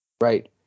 Right